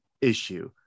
issue